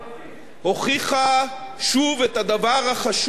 הוכיחה שוב את הדבר החשוב הזה,